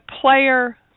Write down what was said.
player